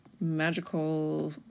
magical